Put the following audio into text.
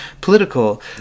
political